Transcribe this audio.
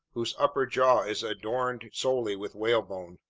whose upper jaw is adorned solely with whalebone,